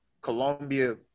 Colombia